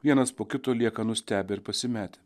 vienas po kito lieka nustebę ir pasimetę